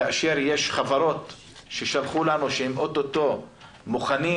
כאשר יש חברות ששלחו לנו שהם אוטוטו מוכנים